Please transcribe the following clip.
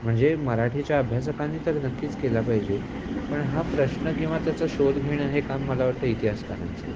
म्हणजे मराठीच्या अभ्यासकांनी तर नक्कीच केला पाहिजे पण हा प्रश्न किंवा त्याचं शोध घेणं हे काम मला वाटतं इतिहासकारांचं आहे